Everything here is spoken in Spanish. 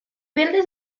pierde